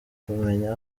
kumenya